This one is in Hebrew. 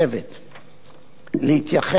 להתייחס לכל אזרחיה